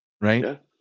Right